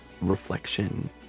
reflection